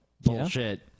Bullshit